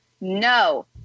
No